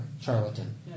Charlatan